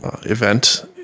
event